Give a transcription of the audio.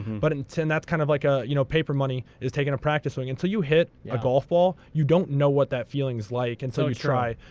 but and t and that's kind of like ah you know paper money is taking a practice swing. until you hit a golf ball, you don't know what that feeling's like until you try.